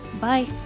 Bye